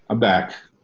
ah back.